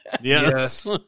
Yes